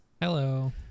Hello